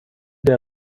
der